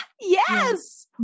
Yes